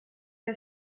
que